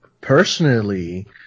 personally